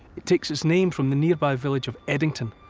it takes its name from the nearby village of edington.